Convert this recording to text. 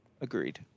agreed